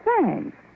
Thanks